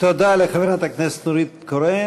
תודה לחברת הכנסת נורית קורן.